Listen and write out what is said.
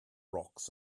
rocks